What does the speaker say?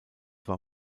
war